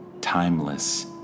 timeless